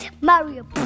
Mario